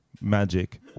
magic